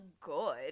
good